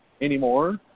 anymore